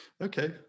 Okay